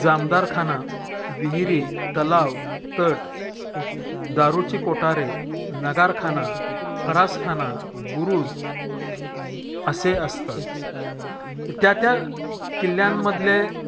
जामदारखाना विहिरी तलाव तट दारूची कोठारे नगारखाना फरासखाना बुरुज असे असतात त्या त्या किल्ल्यांमधले